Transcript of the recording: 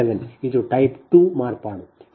7 ಇದು ಟೈಪ್ 2 ಮಾರ್ಪಾಡು